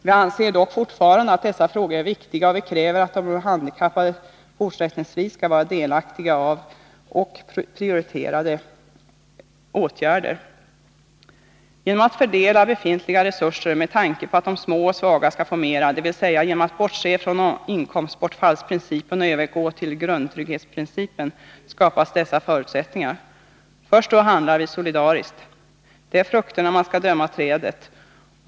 Vi anser dock fortfarande att dessa frågor är viktiga, och vi kräver att de handikappade fortsättningsvis skall få ta del av prioriterade åtgärder. Genom att fördela befintliga resurser med tanke på att de små och svaga skall få mera, dvs. genom att bortse från inkomstbortfallsprincipen och övergå till grundtrygghetsprincipen, skapas sådana förutsättningar. Först då handlar vi solidariskt. Det är av frukterna som man skall döma trädet.